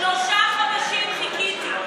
שלושה חודשים חיכיתי,